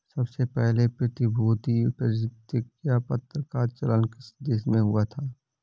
सबसे पहले प्रतिभूति प्रतिज्ञापत्र का चलन किस देश में हुआ था?